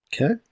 Okay